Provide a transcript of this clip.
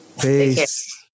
Peace